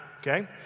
Okay